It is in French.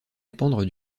dépendre